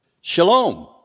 Shalom